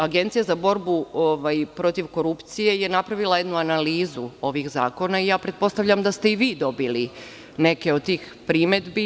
Agencija za borbu protiv korupcije je napravila jednu analizu ovih zakona i ja pretpostavljam da ste i vi dobili neke od tih primedbi.